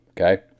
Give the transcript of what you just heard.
Okay